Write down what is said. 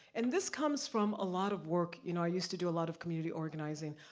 and this comes from a lot of work. you know i used to do a lot of community organizing,